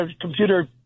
computer